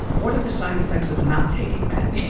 what are the side effects of not taking meds?